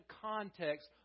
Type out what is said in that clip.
context